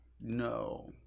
No